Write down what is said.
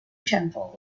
temple